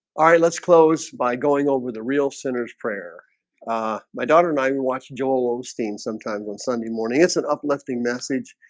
let's close by going over the real sinner's prayer ah my daughter and i even watching joel osteen sometimes on sunday morning. it's an uplifting message.